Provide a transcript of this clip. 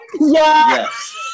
Yes